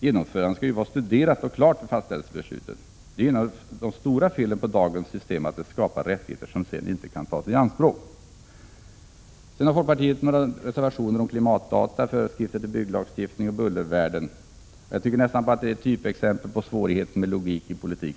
Genomförandet skall vara studerat och klart vid fastställelsebeslutet. Ett av de stora felen på dagens system är att det har skapat rättigheter som sedan inte kan tas i anspråk. Folkpartiet har några reservationer om klimatdata, föreskrifter till byggnadslagstiftningen och bullervärden. Här tycker jag att det nästan är fråga om typexempel på svårigheten med logik i politik.